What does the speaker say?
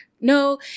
No